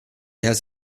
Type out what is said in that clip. has